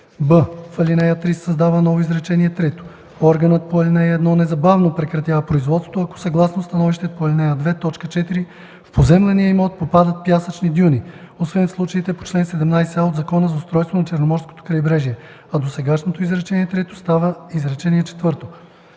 б) в ал. 3 се създава ново изречение трето: „Органът по ал. 1 незабавно прекратява производството, ако съгласно становището по ал. 2, т. 4 в поземления имот попадат пясъчни дюни, освен в случаите по чл. 17а от Закона за устройството на Черноморското крайбрежие.”, а досегашното изречение трето става изречение